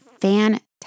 fantastic